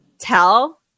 tell